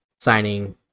Signing